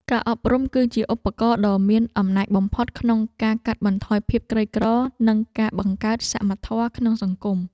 ការអប់រំគឺជាឧបករណ៍ដ៏មានអំណាចបំផុតក្នុងការកាត់បន្ថយភាពក្រីក្រនិងការបង្កើតសមធម៌ក្នុងសង្គម។